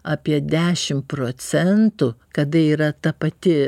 apie dešim procentų kada yra ta pati